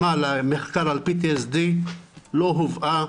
ליוזמה למחקר על PTSD לא הובאה,